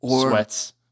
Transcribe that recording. sweats